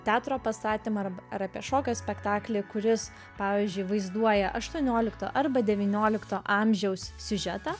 teatro pastatymą ar ar apie šokio spektaklį kuris pavyzdžiui vaizduoja aštuoniolikto arba devyniolikto amžiaus siužetą